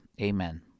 Amen